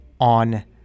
on